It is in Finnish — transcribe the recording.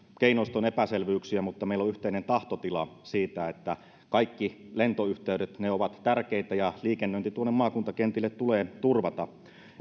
keinoista on epäselvyyksiä meillä on yhteinen tahtotila siitä että kaikki lentoyhteydet ovat tärkeitä ja liikennöinti tuonne maakuntakentille tulee turvata